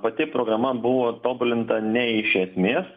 pati programa buvo tobulinta ne iš esmės